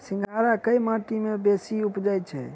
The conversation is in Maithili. सिंघाड़ा केँ माटि मे बेसी उबजई छै?